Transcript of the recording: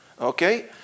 okay